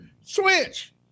switch